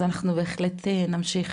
אז אנחנו בהחלט נמשיך